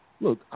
look